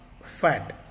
fat